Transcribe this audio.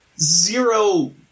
zero